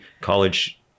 college